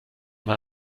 mal